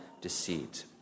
deceit